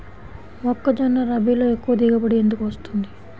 మొక్కజొన్న రబీలో ఎక్కువ దిగుబడి ఎందుకు వస్తుంది?